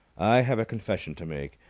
i have a confession to make,